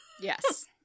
Yes